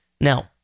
Now